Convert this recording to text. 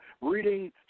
reading